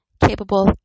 capable